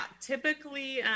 typically